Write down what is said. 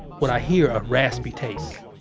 what i hear, a raspy taste.